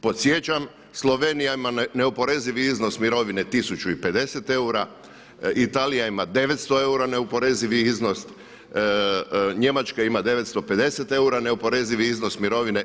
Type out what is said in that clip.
Podsjećam Slovenija ima neoporezivi iznos mirovine 1050 eura, Italija ima 900 eura neoporezivi iznos, Njemačka ima 950 eura neoporezivi iznos mirovine.